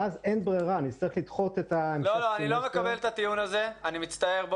ואז אין ברירה, נצטרך לדחות את המשך הסמסטר.